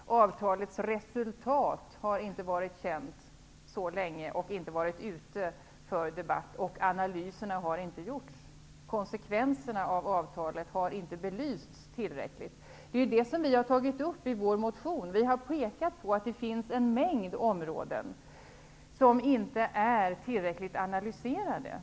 Resultatet av avtalet har inte varit känt så länge och inte heller ute varit föremål för debatt. Några analyser har inte gjorts. Konsekvenserna av avtalet har alltså inte belysts tillräckligt. Det är just det som vi tar upp i vår motion. Vi har pekat på att det finns en mängd områden som inte är tillräckligt analyserade.